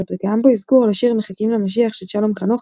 וקיים בו אזכור לשיר "מחכים למשיח" של שלום חנוך,